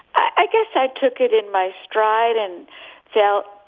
i guess i took it in my stride and so